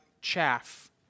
chaff